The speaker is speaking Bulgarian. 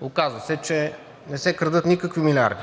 Оказа се, че не се крадат никакви милиарди.